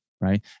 right